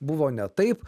buvo ne taip